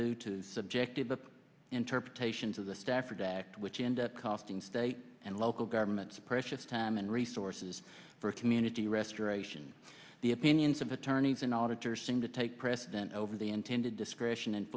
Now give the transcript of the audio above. due to subjective interpretations of the stafford act which end up costing state and local governments precious time and resources for community restoration the opinions of attorneys in auditor seem to take precedent over the intended discretion and